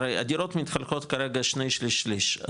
הרי הדירות מתחלקות כרגע שני שליש/שליש.